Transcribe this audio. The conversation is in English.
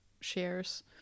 shares